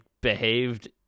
behaved